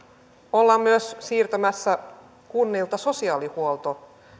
ollaan myös siirtämässä kunnilta sosiaalihuolto